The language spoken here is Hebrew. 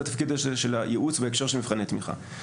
התפקיד הזה של הייעוץ בהקשר של מבחני תמיכה.